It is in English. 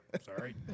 sorry